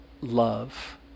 love